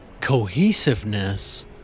cohesiveness